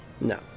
No